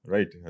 Right